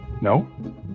no